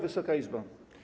Wysoka Izbo!